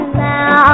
now